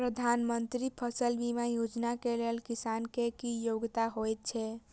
प्रधानमंत्री फसल बीमा योजना केँ लेल किसान केँ की योग्यता होइत छै?